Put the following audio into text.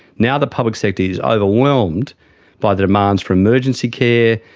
now the public sector is overwhelmed by the demands for emergency care,